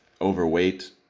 overweight